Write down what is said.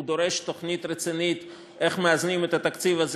הוא דורש תוכנית רצינית איך מאזנים את התקציב הזה